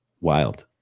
Wild